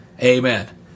Amen